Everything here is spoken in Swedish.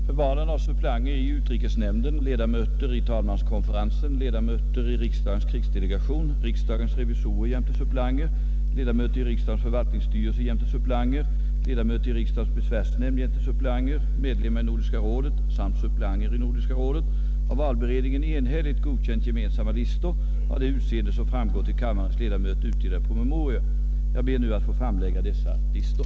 Herr talman! För valen av suppleanter i utrikesnämnden, ledamöter i talmanskonferensen, ledamöter i riksdagens krigsdelegation, riksdagens revisorer jämte suppleanter, ledamöter i riksdagens förvaltningsstyrelse jämte suppleanter, ledamöter i riksdagens besvärsnämnd jämte suppleanter, medlemmar i Nordiska rådet samt suppleanter i Nordiska rådet har valberedningen enhälligt godkänt gemensamma listor av det utseende som framgår av till kammarens ledamöter utdelade promemorior. Såsom ordförande i valberedningen ber jag att få framlägga dessa listor.